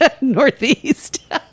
Northeast